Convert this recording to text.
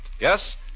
Yes